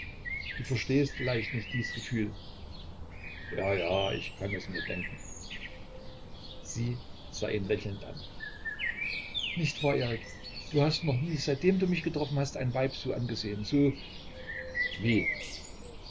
du verstehst vielleicht nicht dies gefühl ja ja ich kann es mir denken sie sah ihn lächelnd an nicht wahr erik du hast doch nie seitdem du mich getroffen hast ein weib so angesehen so wie